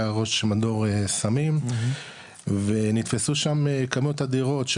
שהיה ראש מדור סמים ונתפסו שם כמויות אדירות של